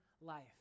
life